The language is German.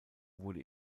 wurde